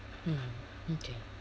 mm okay